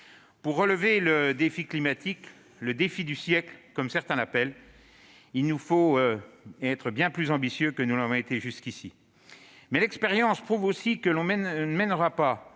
Pour relever le défi climatique, le « défi du siècle », comme certains l'appellent, il nous faut être bien plus ambitieux que nous ne l'avons été jusqu'ici. Mais l'expérience prouve aussi que l'on ne mènera pas